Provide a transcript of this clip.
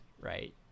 right